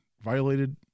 violated